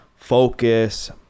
focus